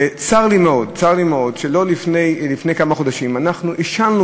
וצר לי מאוד שלפני כמה חודשים אנחנו השלנו